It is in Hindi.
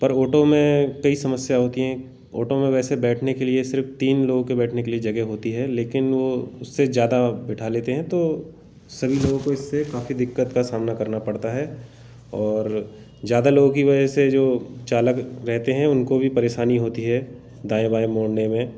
पर ऑटो में कई समस्या होती है ऑटो में वैसे बैठने के लिए सिर्फ तीन लोगों के बैठने के लिए जगह होती है लेकिन वह उससे ज़्यादा बिठा लेते हैं तो सभी लोग को इससे काफ़ी दिक्कत का सामना करना पड़ता है और ज़्यादा लोगों की वजह से जो चालक रहते हैं उनको भी परेशानी होती है दाएँ बाएँ मोड़ने में